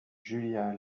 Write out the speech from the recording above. julia